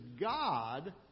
God